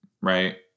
right